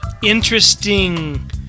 interesting